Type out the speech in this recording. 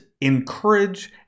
encourage